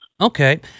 Okay